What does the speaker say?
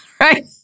right